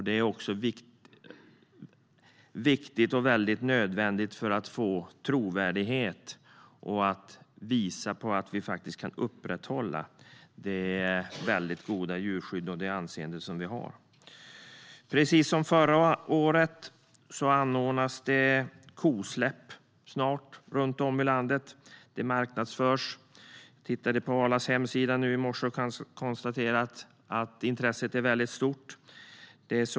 Det är också nödvändigt för att få trovärdighet och visa att vi faktiskt kan upprätthålla det mycket goda djurskydd och anseende som vi har. Precis som förra året anordnas det snart kosläpp runt om i landet. Det marknadsförs. Jag tittade på Arlas hemsida i morse och kunde konstatera att intresset är väldigt stort.